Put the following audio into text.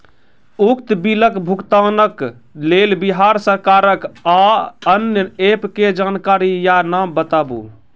उक्त बिलक भुगतानक लेल बिहार सरकारक आअन्य एप के जानकारी या नाम बताऊ?